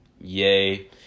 yay